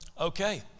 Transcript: Okay